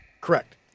Correct